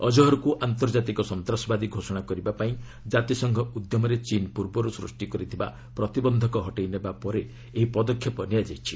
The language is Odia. ଅଜହରକୁ ଆନ୍ତର୍ଜାତିକ ସନ୍ତାସବାଦୀ ଘୋଷଣା କରିବା ପାଇଁ ଜାତିସଂଘ ଉଦ୍ୟମରେ ଚୀନ୍ ପୂର୍ବରୁ ସୃଷ୍ଟି କରୁଥିବା ପ୍ରତିବନ୍ଧକ ହଟେଇନେବା ପରେ ଏହି ପଦକ୍ଷେପ ନିଆଯାଇଛି